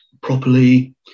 properly